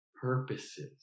purposes